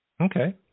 okay